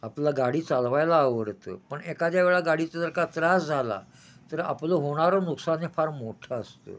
आपल्याला गाडी चालवायला आवडतं पण एखाद्या वेळा गाडीचा जर का त्रास झाला तर आपलं होणारं नुकसान हे फार मोठं असतं